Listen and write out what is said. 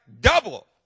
double